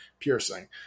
piercing